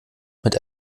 mit